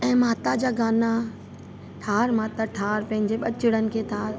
ऐं माता जा गाना ठार माता ठार पंहिंजे ॿचड़नि खे ठार